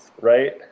right